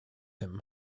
him